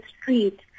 street